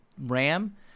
RAM